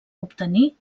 obtenir